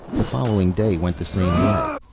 the following day went the same way.